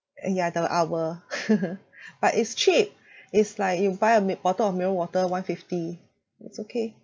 ya the hour but it's cheap it's like you buy a mine~ bottle of mineral water one fifty it's okay